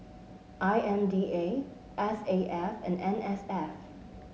I M D A S A F and N S F